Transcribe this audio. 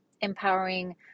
empowering